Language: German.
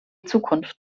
zukunft